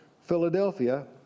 Philadelphia